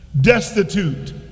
destitute